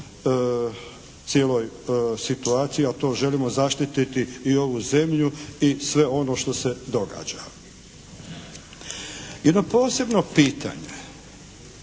cijeloj situaciji, a to želimo zaštititi i ovu zemlju i sve ono što se događa. Jedno posebno pitanje